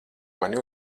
mani